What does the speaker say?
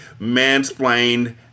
mansplained